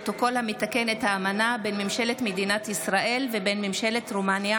פרוטוקול המתקן את האמנה בין ממשלת מדינת ישראל ובין ממשלת רומניה